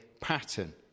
pattern